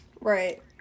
Right